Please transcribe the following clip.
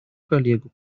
коллегу